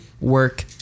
work